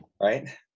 right